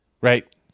Right